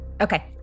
okay